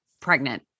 pregnant